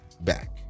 back